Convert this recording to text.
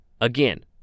again